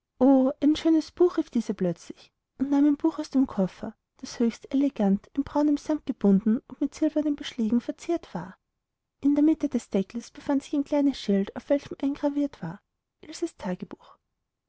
ein schönes buch rief diese plötzlich und nahm ein buch aus dem koffer das höchst elegant in braunen samt gebunden und mit silbernen beschlägen verziert war in der mitte des deckels befand sich ein kleines schild auf welchem eingraviert war